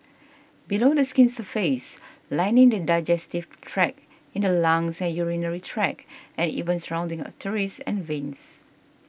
below the skin's surface lining the digestive tract in the lungs and urinary tract and even surrounding arteries and veins